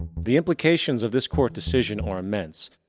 the implications of this court decision are immense.